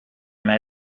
mij